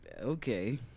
Okay